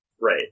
right